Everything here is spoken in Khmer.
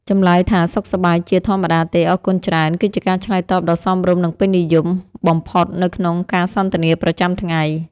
ចម្លើយថាសុខសប្បាយជាធម្មតាទេអរគុណច្រើនគឺជាការឆ្លើយតបដ៏សមរម្យនិងពេញនិយមបំផុតនៅក្នុងការសន្ទនាប្រចាំថ្ងៃ។